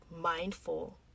mindful